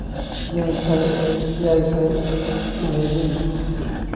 ᱮᱭᱟᱭ ᱥᱟᱭ ᱮᱭᱟᱭ ᱥᱟᱭ ᱢᱚᱬᱮᱜᱮᱞ